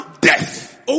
Death